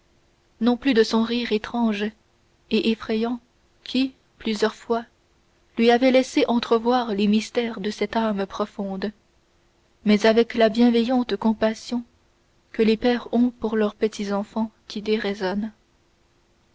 non plus de son rire étrange et effrayant qui plusieurs fois lui avait laissé entrevoir les mystères de cette âme profonde mais avec la bienveillante compassion que les pères ont pour leurs petits enfants qui déraisonnent